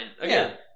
Again